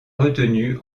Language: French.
retenu